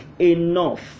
enough